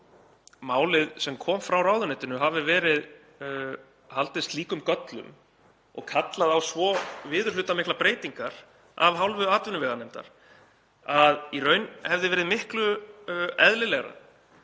málið sem kom frá ráðuneytinu hafi verið með slíkum göllum og kallað á svo viðurhlutamiklar breytingar af hálfu atvinnuveganefndar að í raun hefði verið miklu eðlilegra